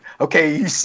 okay